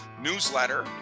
newsletter